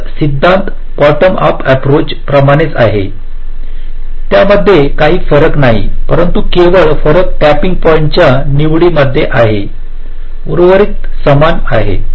तर सिद्धांत bottom up approach प्रमाणेच आहे त्यामध्ये काही फरक नाही परंतु केवळ फरक टॅपिंग पॉईंटच्या निवडीमध्ये आहे उर्वरित समान आहे